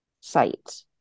site